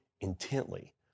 intently